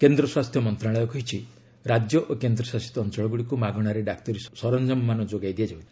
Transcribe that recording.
କେନ୍ଦ୍ର ସ୍ପାସ୍ଥ୍ୟ ମନ୍ତ୍ରଣାଳୟ କହିଛି ରାଜ୍ୟ ଓ କେନ୍ଦ୍ରଶାସିତ ଅଞ୍ଚଳଗୁଡ଼ିକୁ ମାଗଣାରେ ଡାକ୍ତରୀ ସରଞ୍ଜାମମାନ ଯୋଗାଇ ଦିଆଯାଉଛି